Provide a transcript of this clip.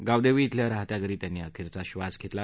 गावदेवी इथल्या राहत्या घरी त्यांनी अखेरचा श्वास घेतला